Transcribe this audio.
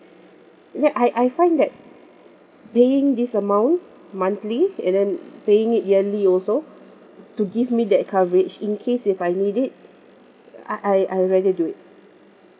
then I I find that paying this amount monthly and then paying it yearly also to give me that coverage in case if I need it I I I rather do it